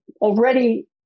already